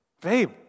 babe